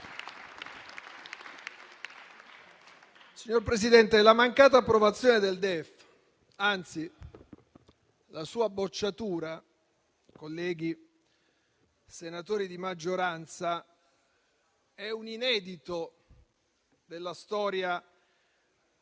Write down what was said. Signor Presidente, la mancata approvazione del DEF, anzi la sua bocciatura, colleghi senatori di maggioranza, è un inedito della storia